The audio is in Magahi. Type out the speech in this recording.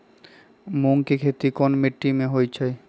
मूँग के खेती कौन मीटी मे होईछ?